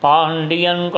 Pandian